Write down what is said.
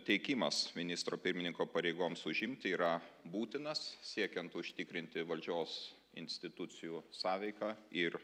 teikimas ministro pirmininko pareigoms užimti yra būtinas siekiant užtikrinti valdžios institucijų sąveiką ir